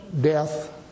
death